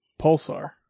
Pulsar